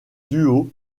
duo